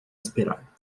esperar